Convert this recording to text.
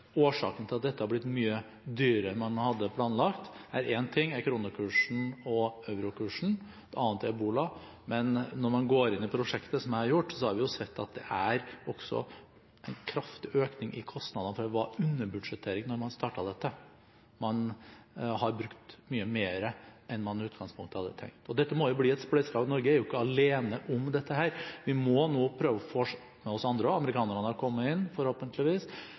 dette har blitt mye dyrere enn man hadde planlagt, er kronekursen og eurokursen en ting, en annen ting er ebola. Men når man går inn i prosjektet, som jeg har gjort, har vi sett at det også er en kraftig økning i kostnadene, for det var underbudsjettering da man startet dette. Man har brukt mye mer enn man i utgangspunktet hadde tenkt. Dette må bli et spleiselag, Norge er jo ikke alene om dette. Vi må nå prøve å få med oss andre også – amerikanerne har kommet inn, forhåpentligvis,